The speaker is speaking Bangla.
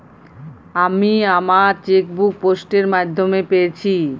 আমি আমার চেকবুক পোস্ট এর মাধ্যমে পেয়েছি